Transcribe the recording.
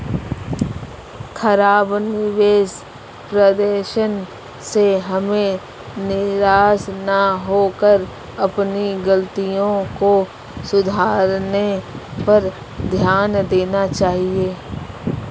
खराब निवेश प्रदर्शन से हमें निराश न होकर अपनी गलतियों को सुधारने पर ध्यान देना चाहिए